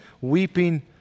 weeping